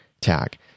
tag